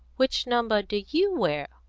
which number do you wear?